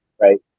right